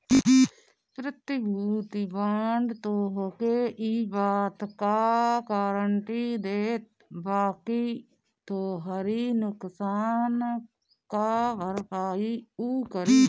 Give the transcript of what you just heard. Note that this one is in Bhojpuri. प्रतिभूति बांड तोहके इ बात कअ गारंटी देत बाकि तोहरी नुकसान कअ भरपाई उ करी